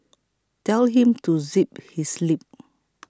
tell him to zip his lip